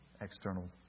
external